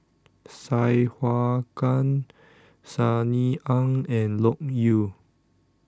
Sai Hua Kuan Sunny Ang and Loke Yew